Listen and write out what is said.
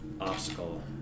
obstacle